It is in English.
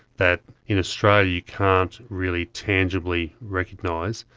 that in australia you can't really tangibly recognise,